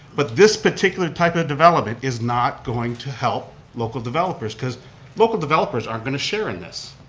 but this particular type of development is not going to help local developers cause local developers aren't going to share in this.